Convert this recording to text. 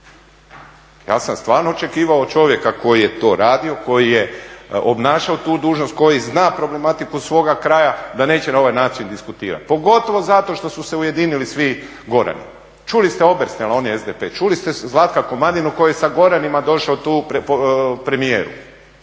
Ja sam stvarno očekivao od čovjeka koji je to radio, koji je obnašao tu dužnost, koji zna problematiku svoga kraja da neće na ovaj način diskutirati. Pogotovo zato što su se ujedinili svi Gorani. Čuli ste Obersnela, on je SDP, čuli ste Zlatka Komadinu koji je sa Goranima došao tu premijeru.